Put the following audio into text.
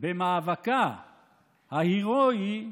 במאבקה ההירואי,